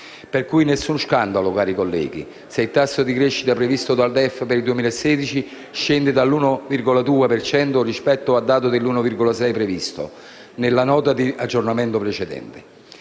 Per cui nessuno scandalo, cari colleghi, se il tasso di crescita previsto nel DEF per il 2016 scende all'1,2 per cento rispetto al dato dell'1,6 per cento previsto nella Nota di aggiornamento precedente.